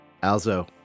Alzo